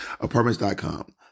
Apartments.com